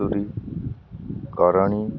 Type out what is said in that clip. ତୁୁରୀ Karni